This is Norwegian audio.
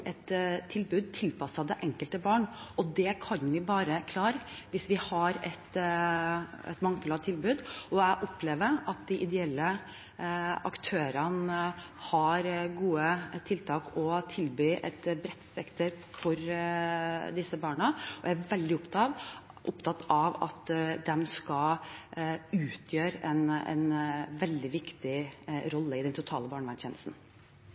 et tilbud tilpasset det enkelte barn, og det kan vi bare klare hvis vi har et mangfold av tilbud. Jeg opplever at de ideelle aktørene har gode tiltak å tilby et bredt spekter av disse barna, og jeg er veldig opptatt av at de skal utgjøre en veldig viktig rolle i den totale